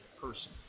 person